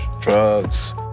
drugs